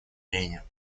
арене